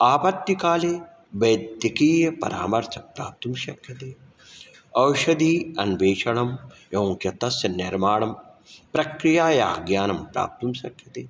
आपत्तिकाले वैद्यकीयपरामर्थं प्राप्तुं शक्यते ओषध्यन्वेषणम् एवं तस्य निर्माणप्रक्रियायाः ज्ञानं प्राप्तुं शक्यते